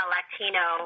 Latino